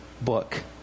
book